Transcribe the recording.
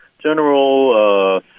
General